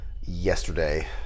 yesterday